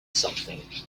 something